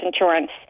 insurance